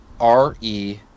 R-E